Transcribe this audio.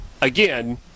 again